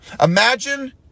Imagine